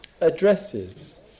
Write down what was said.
addresses